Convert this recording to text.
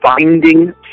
Finding